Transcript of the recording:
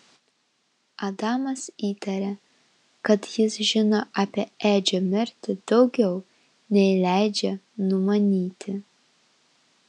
adamas įtarė kad jis žino apie edžio mirtį daugiau nei leidžia numanyti